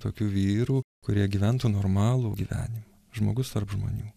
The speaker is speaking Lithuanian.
tokių vyrų kurie gyventų normalų gyvenimą žmogus tarp žmonių